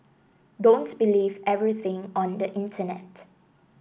don't believe everything on the Internet